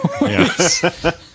Yes